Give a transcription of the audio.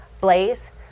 blaze